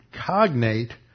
cognate